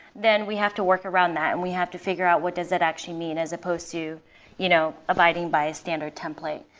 then we have to work around that and we have to figure out what does it actually mean as opposed to you know abiding by a standard template.